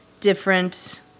different